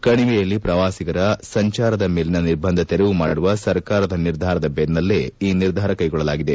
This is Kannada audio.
ಕಣಿವೆಯಲ್ಲಿ ಪ್ರವಾಸಿಗಳ ಸಂಚಾರದ ಮೇಲಿನ ನಿರ್ಬಂಧ ತೆರೆವು ಮಾಡುವ ಸರ್ಕಾರದ ನಿರ್ಧಾರದ ಬೆನ್ನಲ್ಲೇ ಈ ನಿರ್ಧಾರ ಕೈಗೊಳ್ಳಲಾಗಿದೆ